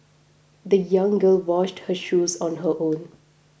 the young girl washed her shoes on her own